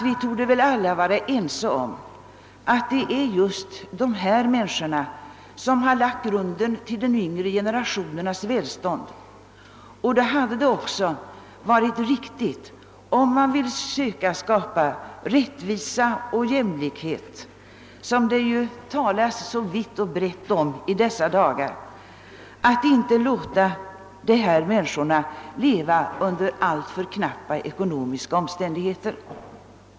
Vi torde väl alla vara ense om att det är just dessa människor som har lagt grunden till de yngre generationernas välstånd. Om man vill söka skapa rättvisa och jämlikhet, som det ju talas så vitt och brett om i dessa dagar, borde man inte låta dessa våra gamla leva under alltför knappa ekonomiska omständigheter.